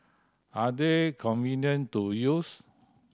are they convenient to use